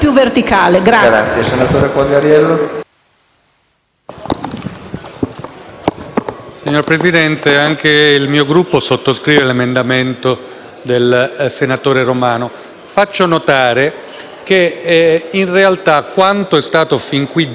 Signor Presidente, anche il mio Gruppo sottoscrive l'emendamento del senatore Romano. Faccio notare che, in realtà, quanto è stato fin qui detto evidenzia una